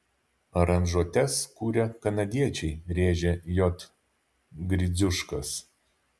aranžuotes kuria kanadiečiai rėžė j gridziuškas